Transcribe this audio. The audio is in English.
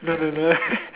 no no no